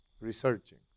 researching